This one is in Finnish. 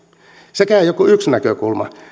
sekään ei ole kuin yksi näkökulma